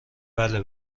بله